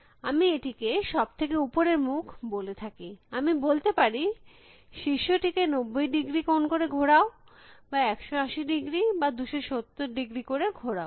সুতরাং আমি এটিকে সব থেকে উপরের মুখ বলে থাকি আমি বলতে পারি শীর্ষ টিকে 90 ডিগ্রী কোণ করে ঘোরাও বা 180 ডিগ্রী বা 270 ডিগ্রী করে ঘোরাও